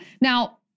Now